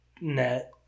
net